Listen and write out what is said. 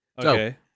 Okay